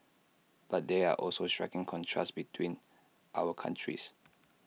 but there are also striking contrasts between our countries